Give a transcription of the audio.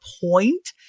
point